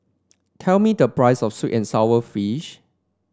tell me the price of sweet and sour fish